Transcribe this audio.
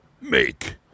make